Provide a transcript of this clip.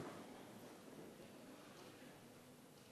(חברי הכנסת מכבדים בקימה את זכרו של